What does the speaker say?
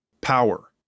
Power